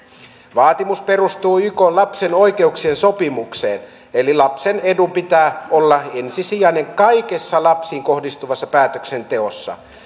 vaatimus perustuu ykn lapsen oikeuksien sopimukseen eli lapsen edun pitää olla ensisijainen kaikessa lapsiin kohdistuvassa päätöksenteossa